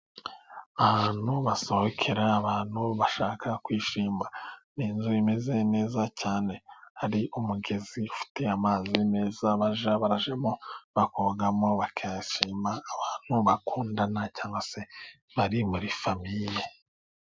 Ahantu basohokera abantu bashaka kwishima. Ni inzu imeze neza cyane. Hari umugezi ufite amazi meza bajya barajyamo bakogamo abantu bakundana, cyangwa se bari muri famiye.